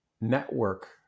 network